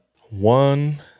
One